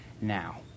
now